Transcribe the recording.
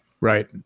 Right